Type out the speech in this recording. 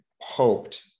hoped